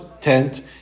tent